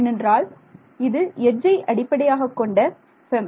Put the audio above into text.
ஏனென்றால் இது எட்ஜை அடிப்படையாகக்கொண்ட FEM